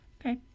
Okay